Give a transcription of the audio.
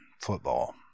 football